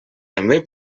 també